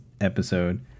episode